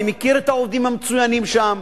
אני מכיר את העובדים המצוינים שם,